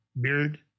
Beard